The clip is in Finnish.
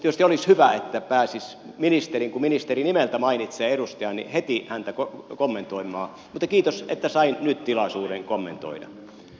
tietysti olisi hyvä että kun ministeri nimeltä mainitsee edustajan niin pääsisi heti häntä kommentoimaan mutta kiitos että sain nyt tilaisuuden kommentoida